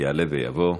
יעלה ויבוא.